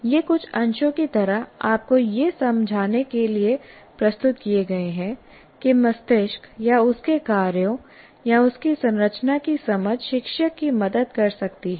ये कुछ अंशों की तरह आपको यह समझाने के लिए प्रस्तुत किए गए हैं कि मस्तिष्क या उसके कार्यों या उसकी संरचना की समझ शिक्षक की मदद कर सकती है